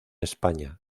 españa